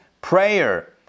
prayer